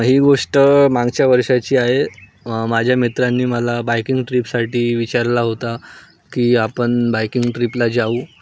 ही गोष्ट मागच्या वर्षाची आहे माझ्या मित्रांनी मला बायकिंग ट्रीपसाठी विचारला होता की आपण बायकिंग ट्रीपला जाऊ